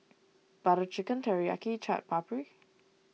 Butter Chicken Teriyaki Chaat Papri